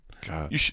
God